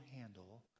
handle